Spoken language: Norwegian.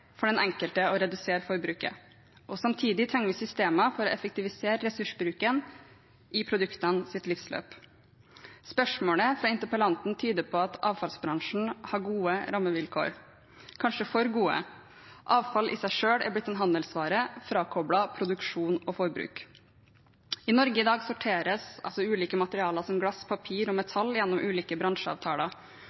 for den enkelte å redusere forbruket. Samtidig trenger vi systemer for å effektivisere ressursbruken i produktenes livsløp. Spørsmålet fra interpellanten tyder på at avfallsbransjen har gode rammevilkår – kanskje for gode. Avfall er i seg selv blitt en handelsvare, frakoblet produksjon og forbruk. I Norge i dag sorteres ulike materialer, som glass, papir og metall, gjennom ulike bransjeavtaler.